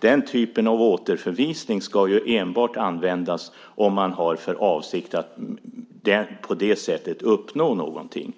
den typen av återförvisning enbart ska användas om man har för avsikt att på det sättet uppnå någonting.